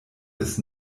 des